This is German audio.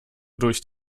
durch